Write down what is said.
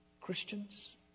Christians